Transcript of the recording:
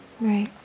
right